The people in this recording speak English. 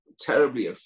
terribly